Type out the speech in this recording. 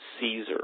Caesar